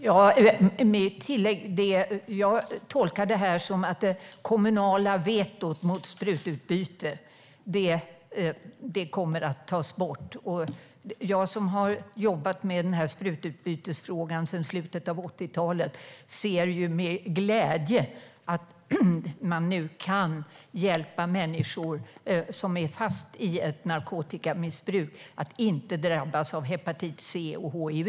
Herr talman! Jag tolkar det här som att det kommunala vetot mot sprututbyte kommer att tas bort. Jag som har jobbat med sprututbytesfrågan sedan slutet av 80-talet ser med glädje att man nu kan hjälpa människor som är fast i ett narkotikamissbruk att inte drabbas av hepatit C och hiv.